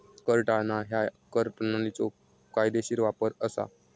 कर टाळणा ह्या कर प्रणालीचो कायदेशीर वापर असा